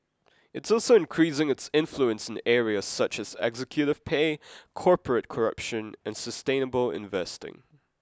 it's also increasing its influence in areas such as executive pay corporate corruption and sustainable investing